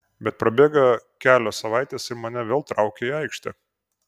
bet prabėga kelios savaitės ir mane vėl traukia į aikštę